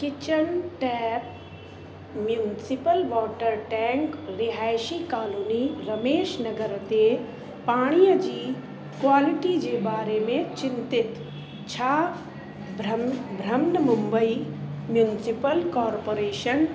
kitchen tap municipal water tank रिहाइशी colony Ramesh Nagar ते पाणीअ जी क्वालिटी जे बारे में चिंतित छा ब्रहम ब्रहमंड मुंबई म्यूनसीपल कोर्पोरेशन